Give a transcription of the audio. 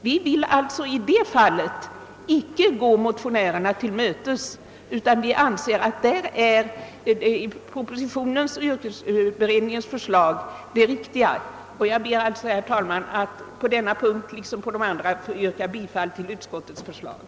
Utskottet vill därför inte gå motionärerna till mötes, utan vi anser att propositionens och yrkesutbildningsberedningens förslag är det riktiga. Jag ber, herr talman, på denna punkt liksom på de övriga att få yrka bifall till utskottets hemställan.